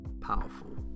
powerful